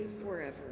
forever